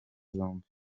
zombi